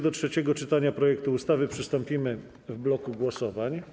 Do trzeciego czytania projektu ustawy przystąpimy w bloku głosowań.